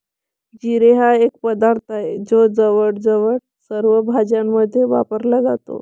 जिरे हा एक पदार्थ आहे जो जवळजवळ सर्व भाज्यांमध्ये वापरला जातो